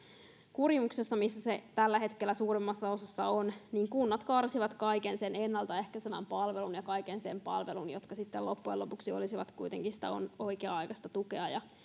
kurimuksessa missä se tällä hetkellä suurimmassa osassa on niin kunnat karsivat kaiken sen ennaltaehkäisevän palvelun ja kaiken sen palvelun joka sitten loppujen lopuksi olisi kuitenkin sitä oikea aikaista tukea ja